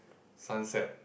sunset